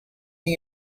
new